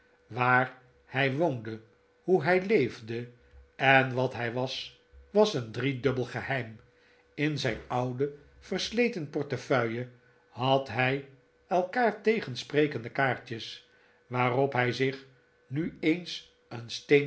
waar hij woonde hoe hij leefde en wat hij was was een driedubbel geheim in zijn oude versleten portefeuille had hij elkaar tegensprekende kaartjes waarop hij zich nu eens een